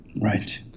right